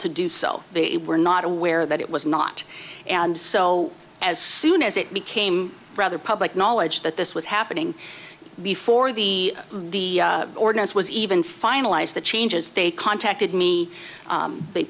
to do so they were not aware that it was not and so as soon as it became rather public knowledge that this was happening before the the ordinance was even finalized the changes they contacted me they